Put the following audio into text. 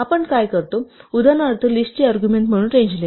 आपण काय करतो उदाहरणार्थ लिस्ट ची अर्ग्युमेण्ट म्हणून रेंज देणे